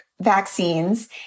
vaccines